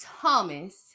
Thomas